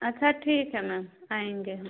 अच्छा ठीक है मैम आएँगे हम